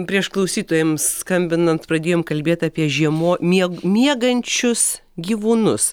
prieš klausytojams skambinant pradėjom kalbėt apie žiemo mieg miegančius gyvūnus